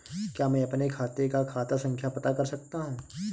क्या मैं अपने खाते का खाता संख्या पता कर सकता हूँ?